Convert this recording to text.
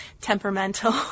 temperamental